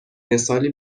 مثالی